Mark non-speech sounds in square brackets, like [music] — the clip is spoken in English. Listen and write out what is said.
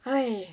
[noise]